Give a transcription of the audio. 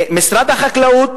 משרד החקלאות